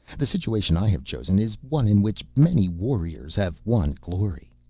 the situation i have chosen is one in which many warriors have won glory.